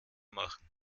machen